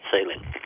ceiling